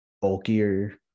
bulkier